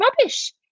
rubbish